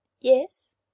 Yes